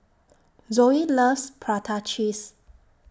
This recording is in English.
Zoey loves Prata Cheese